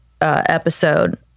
episode